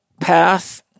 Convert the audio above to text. path